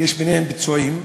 יש ביניהם פצועים.